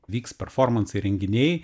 vyks performansai renginiai